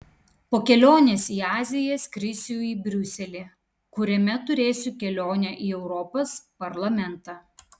po kelionės į aziją skrisiu į briuselį kuriame turėsiu kelionę į europos parlamentą